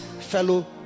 fellow